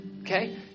okay